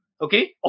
Okay